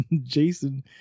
Jason